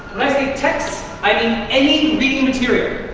when i say, texts, i mean any reading material.